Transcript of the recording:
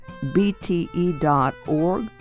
bte.org